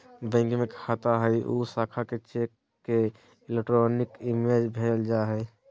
bank में खाता हइ और उ शाखा के चेक के इलेक्ट्रॉनिक इमेज भेजल जा हइ